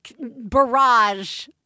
barrage